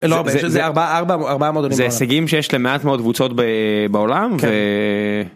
זה לא הרבה זה ארבעה ארבעה ארבעה מודולים זה השגים שיש למעט מאד קבוצות בעולם. כן ו